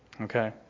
Okay